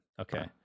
Okay